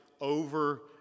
over